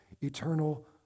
Eternal